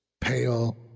Pale